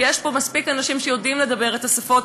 ויש פה מספיק אנשים שיודעים לדבר את השפות,